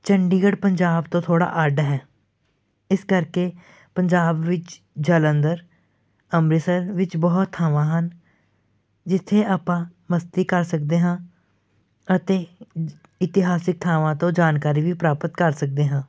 ਚੰਡੀਗੜ੍ਹ ਪੰਜਾਬ ਤੋਂ ਥੋੜ੍ਹਾ ਅੱਡ ਹੈ ਇਸ ਕਰਕੇ ਪੰਜਾਬ ਵਿੱਚ ਜਲੰਧਰ ਅੰਮ੍ਰਿਤਸਰ ਵਿੱਚ ਬਹੁਤ ਥਾਵਾਂ ਹਨ ਜਿੱਥੇ ਆਪਾਂ ਮਸਤੀ ਕਰ ਸਕਦੇ ਹਾਂ ਅਤੇ ਇਤਿਹਾਸਕ ਥਾਵਾਂ ਤੋਂ ਜਾਣਕਾਰੀ ਵੀ ਪ੍ਰਾਪਤ ਕਰ ਸਕਦੇ ਹਾਂ